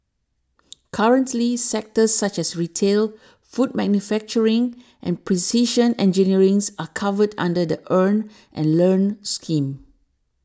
currently sectors such as retail food manufacturing and precision engineerings are covered under the Earn and Learn scheme